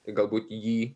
tai galbūt į jį